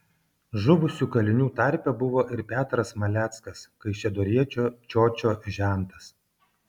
žuvusių kalinių tarpe buvo ir petras maleckas kaišiadoriečio čiočio žentas